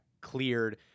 cleared